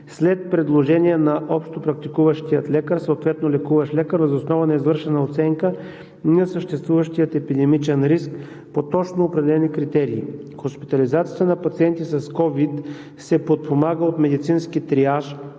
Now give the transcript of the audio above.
след предложение на общопрактикуващия лекар съответно лекуващ лекар въз основа на извършена оценка на съществуващия епидемичен риск по точно определени критерии. Хоспитализацията на пациенти с ковид се подпомага от медицински триаж,